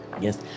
Yes